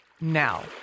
now